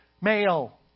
male